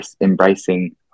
embracing